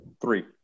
Three